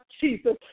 Jesus